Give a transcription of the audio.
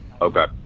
Okay